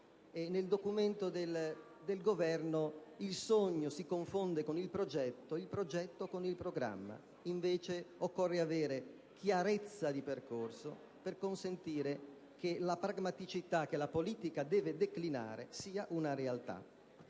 Nel documento del Governo il sogno si confonde con il progetto e il progetto con il programma; occorre invece avere chiarezza di percorso per consentire che la pragmaticità, che la politica deve declinare, sia una realtà.